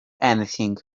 anything